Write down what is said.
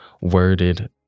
worded